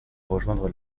rejoindre